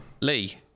lee